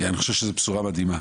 אני חושב שזו בשורה מדהימה,